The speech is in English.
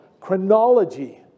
chronology